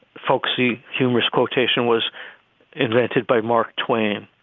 folksy, humorous quotation was invented by mark twain